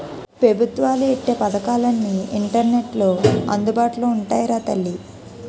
పెబుత్వాలు ఎట్టే పదకాలన్నీ ఇంటర్నెట్లో అందుబాటులో ఉంటాయిరా తల్లీ